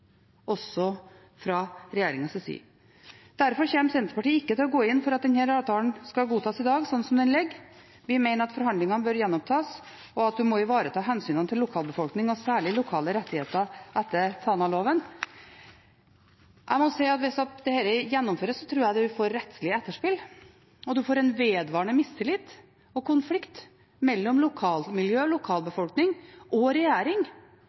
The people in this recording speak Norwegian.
også fra regjeringens side. Derfor kommer Senterpartiet ikke til å gå inn for at denne avtalen skal godtas i dag, slik den foreligger. Vi mener at forhandlingene bør gjenopptas, og at en må ivareta hensynene til lokalbefolkningen – og særlig lokale rettigheter etter Tanaloven. Jeg må si at hvis dette gjennomføres, tror jeg det vil få rettslige etterspill, og en får en vedvarende mistillit og konflikt mellom lokalmiljø, lokalbefolkning og regjering.